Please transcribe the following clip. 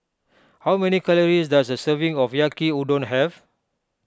how many calories does a serving of Yaki Udon have